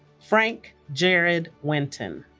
frank jared wintin